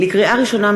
לקריאה ראשונה,